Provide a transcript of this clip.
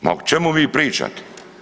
Ma o čemu vi pričate?